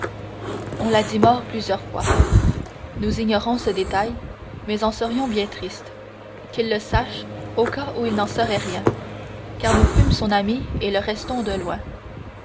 on l'a dit mort plusieurs fois nous ignorons ce détail mais en serions bien triste qu'il le sache au cas où il n'en serait rien car nous fûmes son ami et le restons de loin